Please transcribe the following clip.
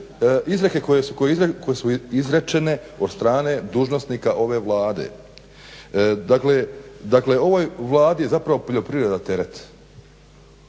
izreke koje je izrečene od strane dužnosnika ove Vlade. Dakle, ovoj Vladi je zapravo poljoprivreda teret